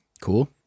Cool